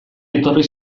etorri